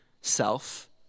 self